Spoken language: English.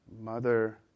mother